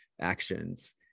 actions